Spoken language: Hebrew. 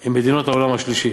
עם מדינות העולם השלישי.